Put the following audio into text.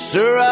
Sir